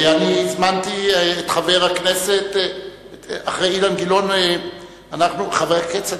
אחרי אילן גילאון אנחנו עם כצל'ה.